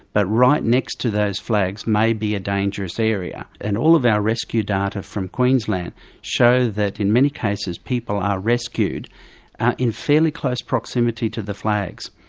but right next to those flags may be a dangerous area. and all of our rescue data from queensland show that in many cases people are rescued in fairly close proximity to the flags.